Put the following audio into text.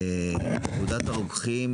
פקודת הרוקחים